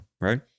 right